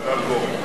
ועדת-גורן.